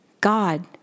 God